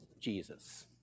Jesus